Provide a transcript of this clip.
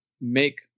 make